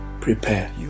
prepare